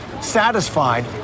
satisfied